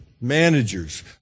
managers